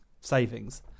savings